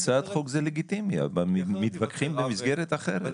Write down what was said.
הצעת חוק זה לגיטימי אבל מתווכחים במסגרת אחרת.